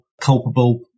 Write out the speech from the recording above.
culpable